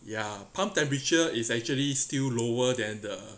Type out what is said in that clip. ya palm temperature is actually still lower than the